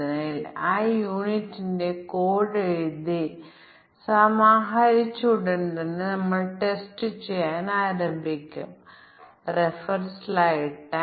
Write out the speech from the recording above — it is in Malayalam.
അതിനാൽ അസാധുവായ ഇൻപുട്ടിന്റെ കാര്യമെന്താണ് അസാധുവായ ഇൻപുട്ട് എ ബി സി എന്നിവ 0 ആയതിനാൽ അത് അസാധുവായ തുല്യതാ ക്ലാസാണ്